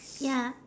ya